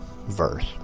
verse